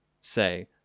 say